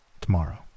tomorrow